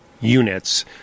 units